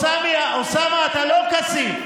אוסאמה, אתה לא כסיף.